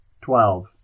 twelve